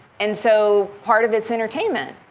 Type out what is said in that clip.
and so part of it's entertainment.